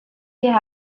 hier